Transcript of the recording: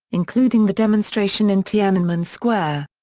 including the demonstration in tiananmen square.